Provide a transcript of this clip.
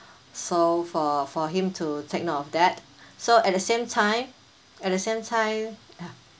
so for for him to take note of that so at the same time at the same time ya